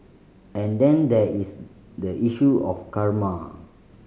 and then there is the issue of karma